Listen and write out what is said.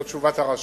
זאת תשובת הרשות.